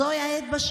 זוהי העת,